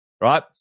right